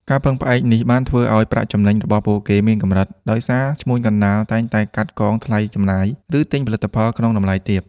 ការពឹងផ្អែកនេះបានធ្វើឲ្យ ប្រាក់ចំណេញរបស់ពួកគេមានកម្រិត ដោយសារឈ្មួញកណ្ដាលតែងតែកាត់កងថ្លៃចំណាយ ឬទិញផលិតផលក្នុងតម្លៃទាប។